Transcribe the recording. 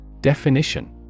Definition